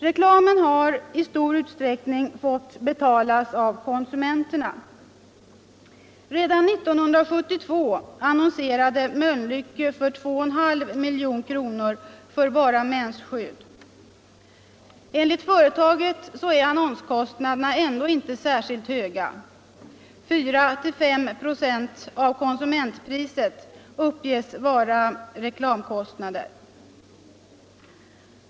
Reklamen har i stor utsträckning fått betalas av konsumenterna. Redan 1972 annonserade Mölnlycke för 2,5 milj.kr. för bara mensskydd. Enligt företaget är annonskostnaderna ändå inte särskilt höga. 4-5 96 av konsumentpriset uppges vara reklamkostnader.